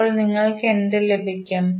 അപ്പോൾ നിങ്ങൾക്ക് എന്ത് ലഭിക്കും